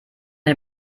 dir